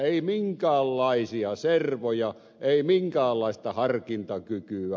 ei minkäänlaisia servoja ei minkäänlaista harkintakykyä